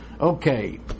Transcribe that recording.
Okay